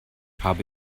habe